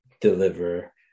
deliver